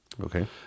Okay